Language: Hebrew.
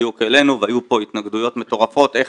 בדיוק העלינו והיו פה התנגדויות מטורפות איך